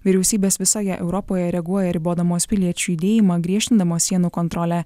vyriausybės visoje europoje reaguoja ribodamos piliečių judėjimą griežtindamos sienų kontrolę